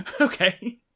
okay